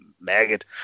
maggot